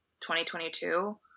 2022